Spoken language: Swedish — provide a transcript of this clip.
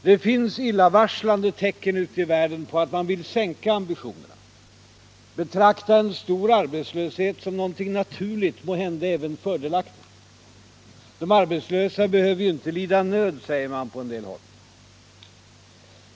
Det finns illavarslande tecken ute i världen på att man vill sänka ambitionerna, betrakta en stor arbetslöshet som någonting naturligt, måhända även fördelaktigt. De arbetslösa behöver ju inte lida nöd, säger man på en del håll.